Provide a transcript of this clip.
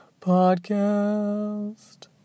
podcast